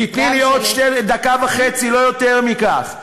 תני לי עוד דקה וחצי, לא יותר מכך.